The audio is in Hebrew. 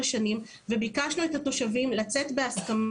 שנים וביקשנו את התושבים לצאת בהסכמה,